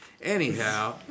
anyhow